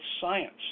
science